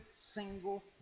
single